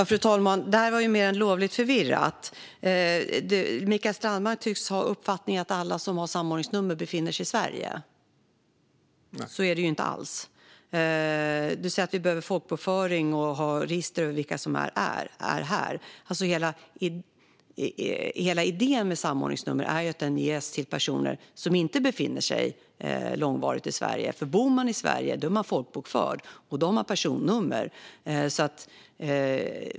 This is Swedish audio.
Fru talman! Det här var mer än lovligt förvirrat. Mikael Strandman tycks ha uppfattningen att alla som har samordningsnummer befinner sig i Sverige. Så är det inte. Han säger att vi behöver folkbokföring och ha register över vilka som befinner sig här. Hela idén med samordningsnummer är att de ges till personer som inte befinner sig långvarigt i Sverige. Bor man i Sverige är man folkbokförd och då har man personnummer.